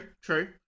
true